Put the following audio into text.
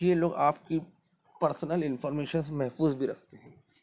یہ لوگ آپ کی پرسنل انفارمیشنز محفوظ بھی رکھتے ہیں